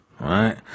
right